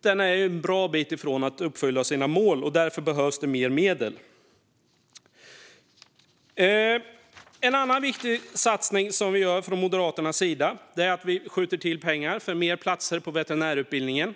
den en bra bit från att uppfylla sina mål, och därför behövs det mer medel. En annan viktig satsning som vi gör från Moderaternas sida är att vi skjuter till pengar till fler platser på veterinärutbildningen.